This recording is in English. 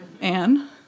Anne